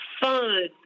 fun